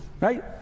right